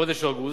חודש אוגוסט,